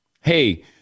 hey